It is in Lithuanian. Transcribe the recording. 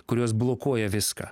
kurios blokuoja viską